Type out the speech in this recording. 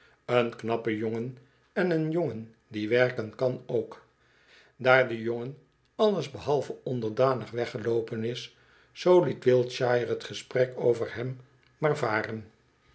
een knappe jongen en een jongen die werken kan ook daar de jongen alles behalve onderdanig weggeloopen is zoo liet wiltshire t gesprek over hem maar varen